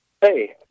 Hey